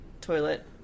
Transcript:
toilet